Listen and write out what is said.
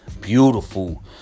beautiful